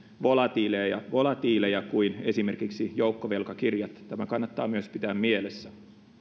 volatiileja volatiileja kuin esimerkiksi joukkovelkakirjat tämä kannattaa myös pitää mielessä